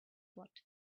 what